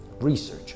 Research